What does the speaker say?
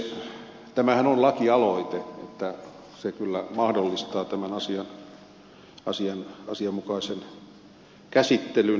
tämähän on lakialoite se kyllä mahdollistaa tämän asian asianmukaisen käsittelyn